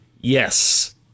Yes